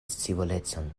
scivolecon